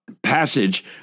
passage